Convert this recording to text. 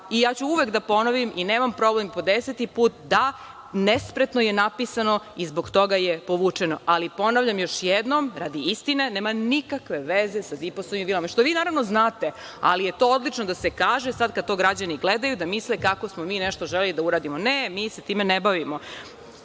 ću uvek da ponovim i nemam problem, po deseti put, da, nespretno je napisano i zbog toga je povučeno. Ponavljam još jednom radi istine, nema nikakve veze sa DIPOS-ovim vilama, što vi naravno znate, ali je to odlično da se kaže, sad kad to građani gledaju, da misle kako smo mi nešto želeli da uradimo. Ne, mi se time ne bavimo.